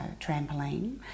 trampoline